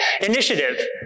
initiative